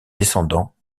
descendants